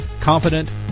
confident